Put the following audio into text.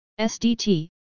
SDT